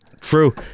True